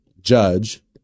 judge